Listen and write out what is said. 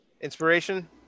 Inspiration